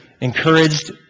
encouraged